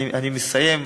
אני מסיים.